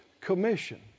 Commission